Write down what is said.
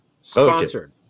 sponsored